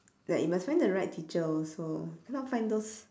like you must find the right teacher also cannot find those